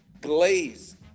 glaze